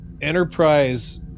enterprise